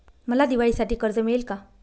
मला दिवाळीसाठी कर्ज मिळेल का?